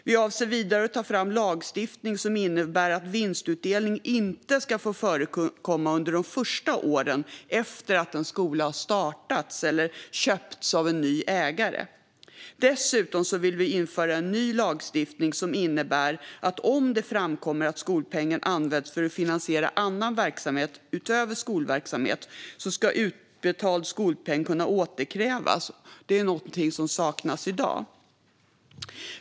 Vi avser vidare att ta fram lagstiftning som innebär att vinstutdelning inte ska få förekomma under de första åren efter att en skola har startats eller köpts av en ny ägare. Dessutom vill vi införa en ny lagstiftning som innebär att om det framkommer att skolpengen används för att finansiera annan verksamhet utöver skolverksamhet ska utbetald skolpeng kunna återkrävas, vilket är något som saknas i dag.